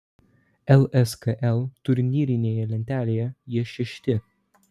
lskl turnyrinėje lentelėje jie šešti